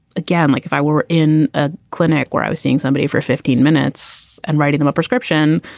again, like if i were in a clinic where i was seeing somebody for fifteen minutes and writing them a prescription,